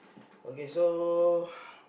okay so